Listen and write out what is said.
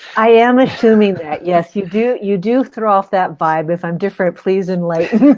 i am assuming that. yes, you do you do throw off that vibe. if i'm different, please enlighten